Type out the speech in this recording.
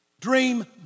Dream